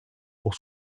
pour